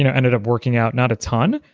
you know ended up working out, not a ton,